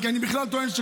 כי אני בכלל טוען,